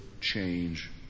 change